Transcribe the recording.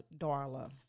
Darla